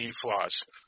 flaws